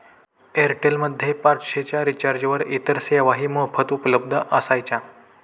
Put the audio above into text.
Airtel मध्ये पाचशे च्या रिचार्जवर इतर सेवाही मोफत उपलब्ध असायच्या